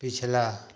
पिछला